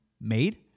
made